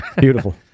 Beautiful